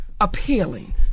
appealing